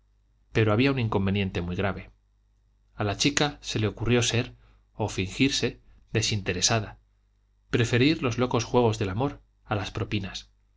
pero había un inconveniente muy grave a la chica se le ocurrió ser o fingirse desinteresada preferir los locos juegos del amor a las propinas